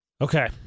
Okay